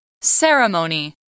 Ceremony